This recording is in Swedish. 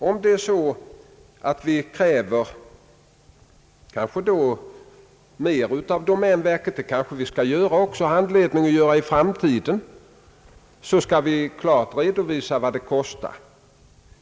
Om vi kräver mer av domänverket — och det kanske vi har anledning att göra i framtiden — skall vi klart redovisa vad det kostar.